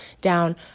down